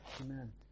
amen